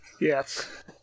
Yes